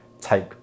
take